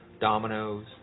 dominoes